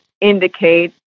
indicate